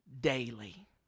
daily